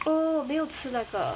oh 我没有吃那个